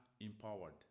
empowered